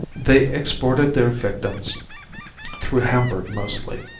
they exported their victims through hamburg mostly.